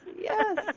yes